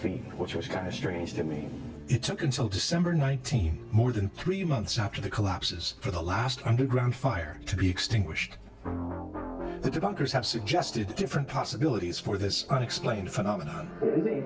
feet which was kind of strange to me it took until december nineteenth more than three months after the collapses for the last underground fire to be extinguished the debunkers have suggested different possibilities for this unexplained phenomen